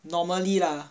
normally lah